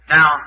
Now